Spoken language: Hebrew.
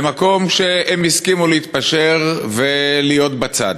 במקום שהם הסכימו להתפשר ולהיות בצד,